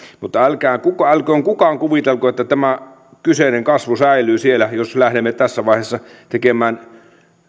mutta älköön kukaan kuvitelko että tämä kyseinen kasvu säilyy jos lähdemme tässä vaiheessa tekemään